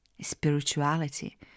Spirituality